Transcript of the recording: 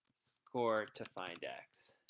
z-score to find x.